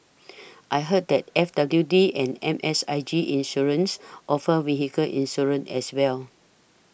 I heard that F W D and M S I G Insurance offer vehicle insurance as well